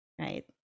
right